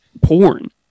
porn